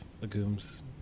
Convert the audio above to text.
legumes